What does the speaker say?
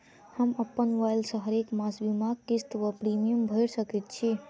हम अप्पन मोबाइल सँ हरेक मास बीमाक किस्त वा प्रिमियम भैर सकैत छी?